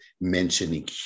mentioning